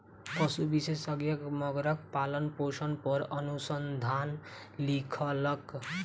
पशु विशेषज्ञ मगरक पालनपोषण पर अनुसंधान लिखलक